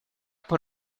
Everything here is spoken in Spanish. por